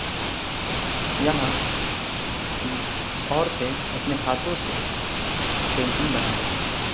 جی یہاں ل عورتیں اپنے ہاتھوں سے پینٹنگ بنایا کرتی ہیں